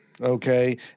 Okay